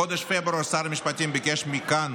בחודש פברואר שר המשפטים ביקש כאן